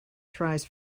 tries